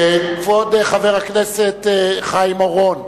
כבוד חבר הכנסת חיים אורון,